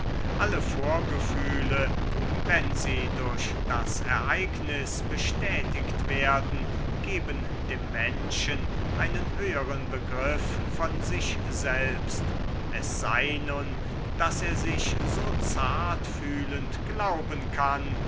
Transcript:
alle vorgefühle wenn sie durch das ereignis bestätigt werden geben dem menschen einen höheren begriff von sich selbst es sei nun daß er sich so zart fühlend glauben kann